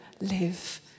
live